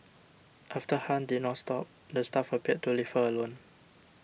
after Han did not stop the staff appeared to leave her alone